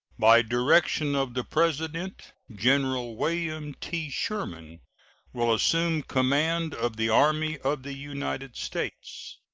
by direction of the president, general william t. sherman will assume command of the army of the united states.